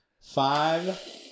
five